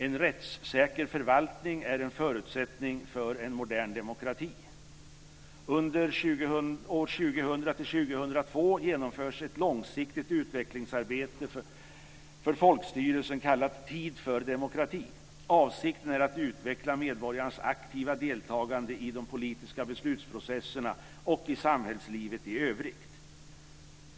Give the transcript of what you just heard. En rättssäker förvaltning är en förutsättning för en modern demokrati. - Under åren 2000-2002 genomförs ett långsiktigt utvecklingsarbete för folkstyrelsen kallat Tid för demokrati. Avsikten är att utveckla medborgarnas aktiva deltagande i de politiska beslutsprocesserna och i samhällslivet i övrigt.